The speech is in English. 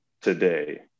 today